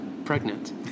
pregnant